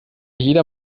jeder